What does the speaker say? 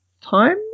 time